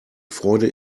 freude